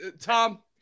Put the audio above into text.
tom